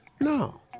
No